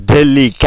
Delhi